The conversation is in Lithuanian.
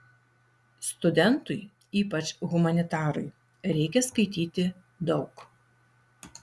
studentui ypač humanitarui reikia skaityti daug